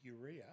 urea